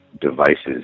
devices